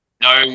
No